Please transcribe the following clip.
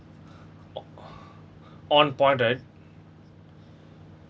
on point right